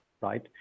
right